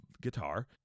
guitar